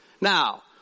Now